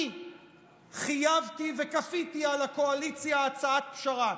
אני חייבתי וכפיתי על הקואליציה הצעת פשרה,